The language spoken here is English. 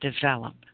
develop